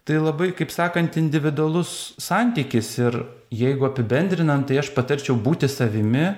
tai labai kaip sakant individualus santykis ir jeigu apibendrinant tai aš patarčiau būti savimi